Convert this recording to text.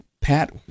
Pat